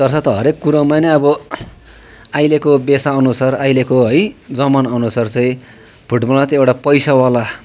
तसर्थ हरेक कुरोमा नै अब अहिलेको बेसाअनुसार अहिलेको है जमानाअनुसार चाहिँ फुटबलमा चाहिँ एउटा पैसावाला